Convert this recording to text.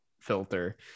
filter